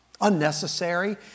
unnecessary